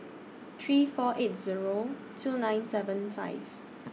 three four eight Zero two nine seven five